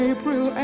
April